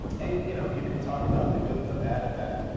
and you know you can talk about the good and the bad of that,